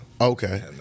Okay